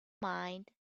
mind